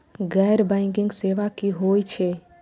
गैर बैंकिंग सेवा की होय छेय?